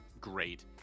great